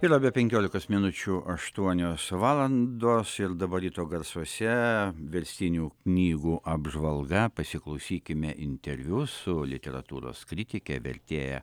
yra be penkiolikos minučių aštuonios valandos ir dabar ryto garsuose verstinių knygų apžvalga pasiklausykime interviu su literatūros kritike vertėja